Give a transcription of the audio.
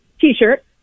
t-shirt